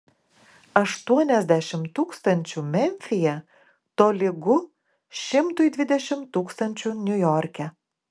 aštuoniasdešimt tūkstančių memfyje tolygu šimtui dvidešimt tūkstančių niujorke